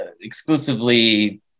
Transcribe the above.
exclusively